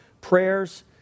prayers